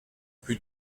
plus